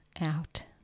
out